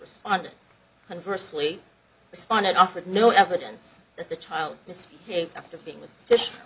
responded converse lee responded offered no evidence that the child misbehaves after being with dish